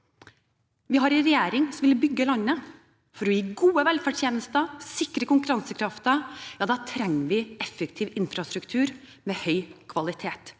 Vi har en regjering som vil bygge landet. For å gi gode velferdstjenester og sikre konkurransekraften trenger vi effektiv infrastruktur med høy kvalitet.